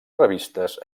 revistes